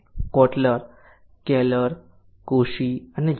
Kotler Keller Koshy અને ઝા